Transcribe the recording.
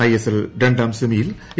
ISL രണ്ടാം സെമിയിൽ A